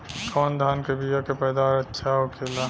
कवन धान के बीया के पैदावार अच्छा होखेला?